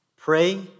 Pray